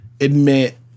admit